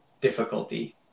difficulty